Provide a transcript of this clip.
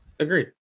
Agreed